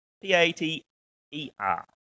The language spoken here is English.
P-A-T-E-R